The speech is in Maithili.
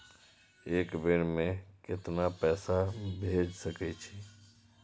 एक बेर में केतना पैसा भेज सके छी?